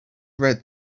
read